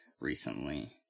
recently